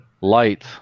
Light